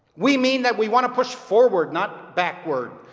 we mean that we want to push forward, not backwards.